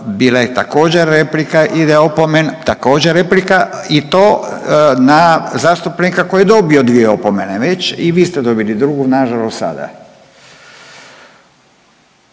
opomena. Također replika i to na zastupnika koji je dobio dvije opomene već. I vi ste dobili drugu na žalost sada.